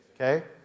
okay